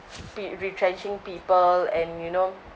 speed retrenching people and you know